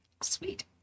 Sweet